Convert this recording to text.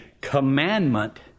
commandment